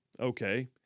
Okay